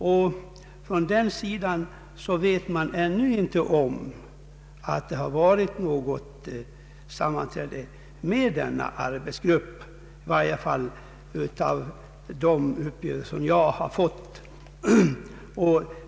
Enligt de uppgifter som jag fått vet man från den sidan ännu inte någonting om att denna arbetsgrupp haft något sammanträde.